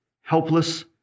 helpless